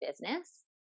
business